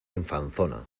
infanzona